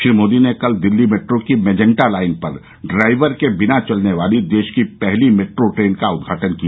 श्री मोदी ने कल दिल्ली मेट्रो की मेजेंटा लाइन पर ड्राइवर के बिना चलने वाली देश की पहली मेट्रो ट्रेन का उद्घाटन किया